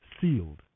sealed